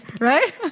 right